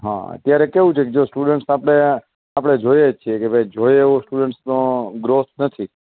હા અત્યારે કેવું છે જો સ્ટુડન્ટ્સને આપણે આપણે જોઈએ જ છીએ કે જોઈએ એવો સ્ટુડન્ટ્સનો ગ્રોથ નથી